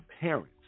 parents